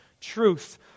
truth